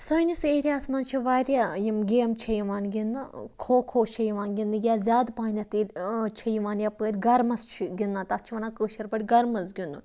سٲنِس ایرِیاہس منٛز چھِ وارِیاہ یِم گٮ۪مہٕ چھِ یِوان گِنٛدنہٕ کھو کھو چھِ یِوان گِنٛدنہٕ یا زیادٕ پہنٮ۪تھ ییٚتہِ چھِ یِوان یپٲرۍ گرمس چھِ گِنٛدن تَتھ چھِ وَنان کٲشٕر پٲٹھۍ گرمس گِنٛدُن